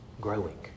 growing